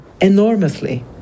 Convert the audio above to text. enormously